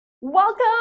Welcome